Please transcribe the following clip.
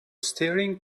staring